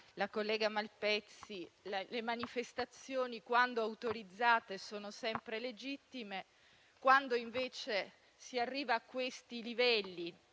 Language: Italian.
la collega Malpezzi, infatti, le manifestazioni, quando autorizzate, sono sempre legittime; quando invece si arriva a questi livelli